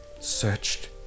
searched